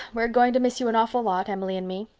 we're going to miss you an awful lot, emily and me.